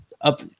up